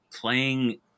playing